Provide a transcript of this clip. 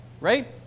right